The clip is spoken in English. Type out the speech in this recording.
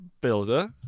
builder